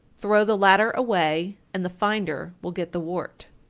throw the latter away, and the finder will get the wart.